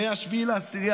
מ-7 באוקטובר,